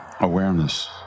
awareness